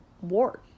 war